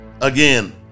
again